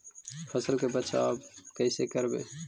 फसल के बचाब कैसे करबय?